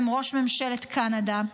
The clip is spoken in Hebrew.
ראש ממשלת קנדה,